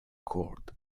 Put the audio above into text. chord